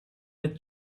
with